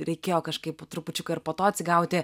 reikėjo kažkaip po trupučiuką ir po to atsigauti